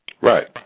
Right